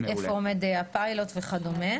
איפה עומד הפיילוט וכדומה.